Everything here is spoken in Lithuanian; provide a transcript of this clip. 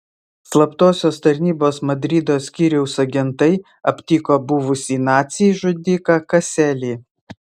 slaptosios tarnybos madrido skyriaus agentai aptiko buvusį nacį žudiką kaselį